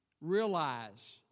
realize